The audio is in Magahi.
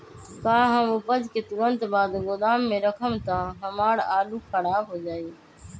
का हम उपज के तुरंत बाद गोदाम में रखम त हमार आलू खराब हो जाइ?